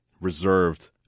reserved